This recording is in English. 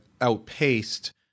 outpaced